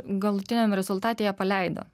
galutiniam rezultate ją paleido